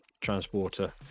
transporter